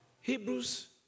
Hebrews